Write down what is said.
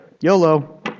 YOLO